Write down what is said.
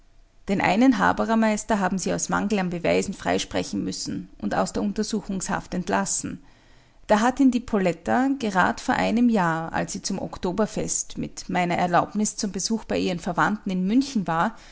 den einen haberermeister haben sie aus mangel an beweisen freisprechen müssen und aus der untersuchungshaft entlassen da hat ihn die poletta gerad vor einem jahr als sie zum oktoberfest mit meiner erlaubnis zum besuch bei ihren verwandten in münchen war